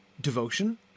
devotion